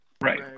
right